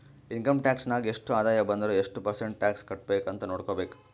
income tax ನಾಗ್ ಎಷ್ಟ ಆದಾಯ ಬಂದುರ್ ಎಷ್ಟು ಪರ್ಸೆಂಟ್ ಟ್ಯಾಕ್ಸ್ ಕಟ್ಬೇಕ್ ಅಂತ್ ನೊಡ್ಕೋಬೇಕ್